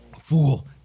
Fool